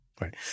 Right